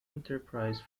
enterprise